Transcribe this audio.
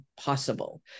possible